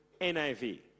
NIV